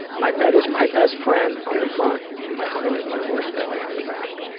my bed is my best friend, on the front and my brain is my worst bully, on the back.